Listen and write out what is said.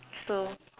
so